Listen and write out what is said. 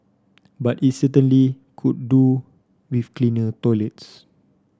but it certainly could do with cleaner toilets